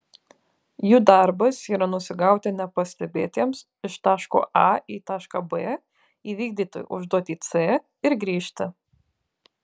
jų darbas yra nusigauti nepastebėtiems iš taško a į tašką b įvykdyti užduotį c ir grįžti